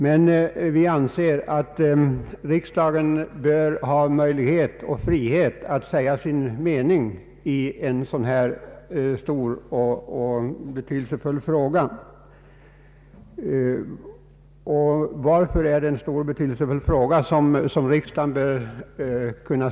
Vi anser emellertid att riksdagen bör ha möjlighet och frihet att säga sin mening i en så stor och betydelsefull fråga som denna.